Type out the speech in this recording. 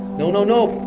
no, no, no.